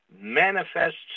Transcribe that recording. manifests